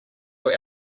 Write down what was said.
your